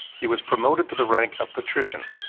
he was promoted to the rank of patrician,